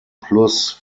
plus